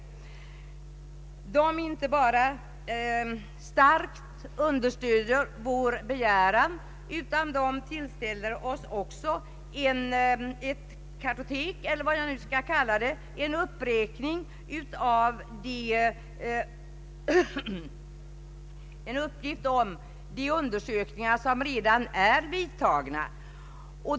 Förbundet inte bara starkt understryker vår begäran utan tillställer oss också en uppräkning av de undersökningar som redan är vidtagna.